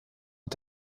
und